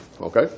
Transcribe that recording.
Okay